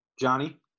Johnny